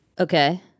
Okay